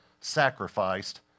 sacrificed